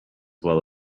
well